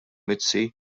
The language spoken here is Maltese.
mizzi